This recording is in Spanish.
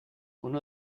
uno